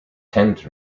tent